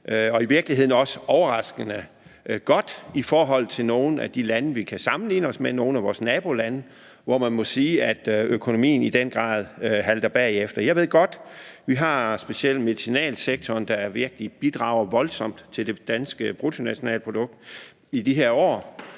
og i virkeligheden også overraskende godt i forhold til nogle af de lande, vi sammenligner os med, altså nogle af vores nabolande, hvor man må sige atøkonomien i den grad halter bagefter. Jeg ved godt, vi har specielt medicinalsektoren, der virkelig bidrager voldsomt til det danske bruttonationalprodukt i de her år,